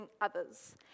others